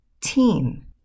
Team